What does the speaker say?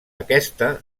aquesta